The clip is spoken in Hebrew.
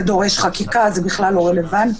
זה דורש חקיקה ולכן זה בכלל לא רלוונטי.